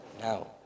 now